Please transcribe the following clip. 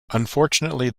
unfortunately